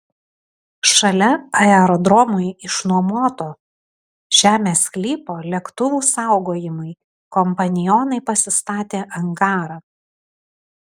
šalia aerodromui išnuomoto žemės sklypo lėktuvų saugojimui kompanionai pasistatė angarą